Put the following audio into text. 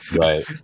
Right